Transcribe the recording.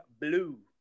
blue